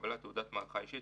לקבלת תעודת מערכה או אישית,